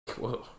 Whoa